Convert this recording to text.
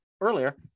earlier